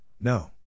no